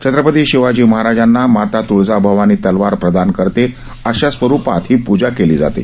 छत्रपती शिवाजी महाराजांना माता त्वळजाभवानी तलवार प्रदान करते अशा प्रकारे ही पूजा केली जाते